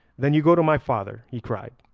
then you go to my father he cried,